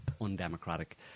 undemocratic